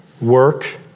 work